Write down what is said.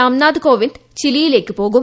രാംനാഥ് കോവിന്ദ് ചിലിയിലേക്ക് പോകും